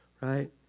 right